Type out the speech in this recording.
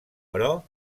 però